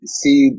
see